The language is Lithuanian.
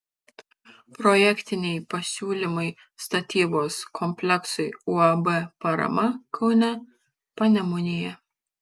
projektiniai pasiūlymai statybos kompleksui uab parama kaune panemunėje